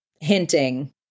hinting